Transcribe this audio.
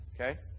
okay